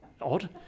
Odd